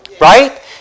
Right